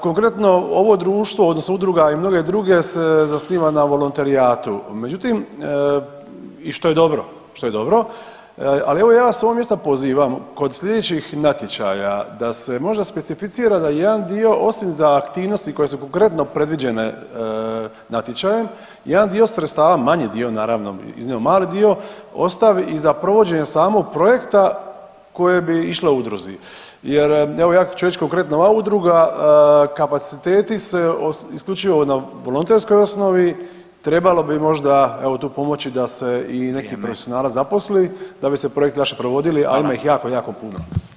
Konkretno ovo društvo odnosno udruga i mnoge druge se zasniva na volonterijatu, međutim i što je dobro, što je dobro, ali ja vas s ovog mjesta pozivam kod slijedećih natječaja da se možda specificira da jedan dio osim za aktivnosti koje su konkretno predviđene natječajem, jedan dio sredstava, manji dio naravno, iznimno mali dio ostavi i za provođenje samog projekta koje bi išle udruzi jer evo ja ću reći konkretno, ova udruga kapaciteti se isključivo na volonterskoj osnovi, trebalo bi evo možda tu pomoći da se i neki [[Upadica: Vrijeme.]] profesionalac zaposli da bi se projekti lakše provodili, a ima ih jako [[Upadica: Hvala.]] jako puno.